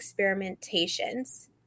experimentations